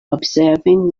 observing